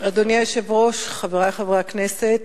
אדוני היושב-ראש, חברי חברי הכנסת,